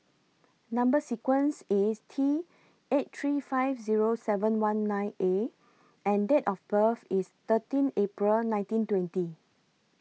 Number sequence IS T eight three five Zero seven one nine A and Date of birth IS thirteen April nineteen twenty